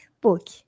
book